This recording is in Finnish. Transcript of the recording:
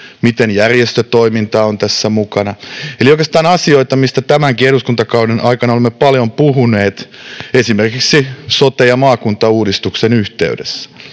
miten järjestötoiminta on tässä mukana — eli oikeastaan asioita, mistä tämänkin eduskuntakauden aikana olemme paljon puhuneet esimerkiksi sote- ja maakuntauudistuksen yhteydessä.